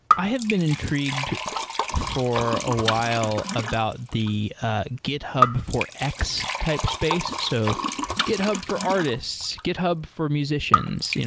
i have been intrigued for a while about the ah github for x type space. so github for artists, github for musicians. you know